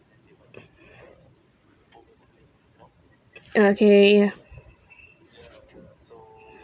okay